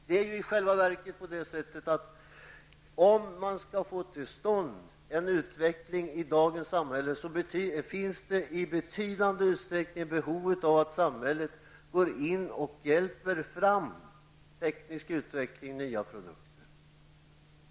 Det är i själva verket på det sättet att om man skall få till stånd en utveckling i dagens samhälle finns det i betydande utsträckning behov av att samhället går in och hjälper fram teknisk utveckling och nya produkter.